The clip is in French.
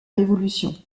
révolution